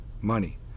money